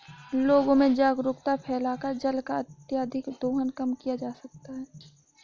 लोगों में जागरूकता फैलाकर जल का अत्यधिक दोहन कम किया जा सकता है